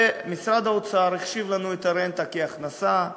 משרד האוצר החשיב לנו את הרנטה כהכנסה,